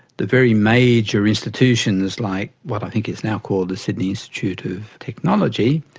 the very major institutions like what i think is now called the sydney institute of technology,